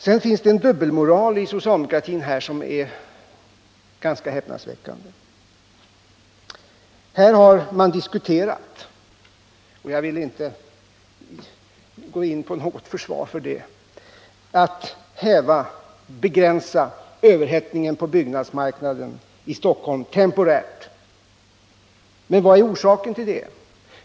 Det finns en dubbelmoral inom socialdemokratin som är ganska häpnadsväckande. Man har diskuterat — jag vill inte gå in på något försvar för det — att temporärt begränsa överhettningen på byggnadsmarknaden i Stockholm. Men vad är orsaken till det?